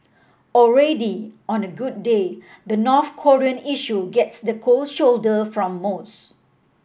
already on a good day the North Korean issue gets the cold shoulder from most